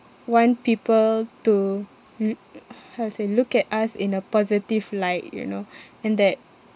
want people to mm how to say look at us in a positive light you know and that